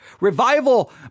Revival